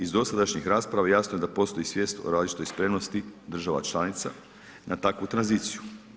Iz dosadašnjih rasprava jasno je da postoji svijest o različitoj spremnosti država članica na takvu tranziciju.